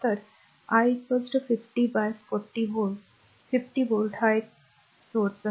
तर i 50 by 40 volt 50 volt हा एक स्रोत आहे